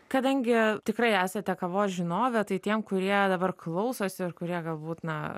kadangi tikrai esate kavos žinovė tai tiem kurie dabar klausosi ir kurie galbūt na